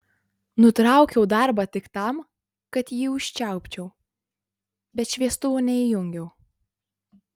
nutraukiau darbą tik tam kad jį užčiaupčiau bet šviestuvo neįjungiau